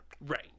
Right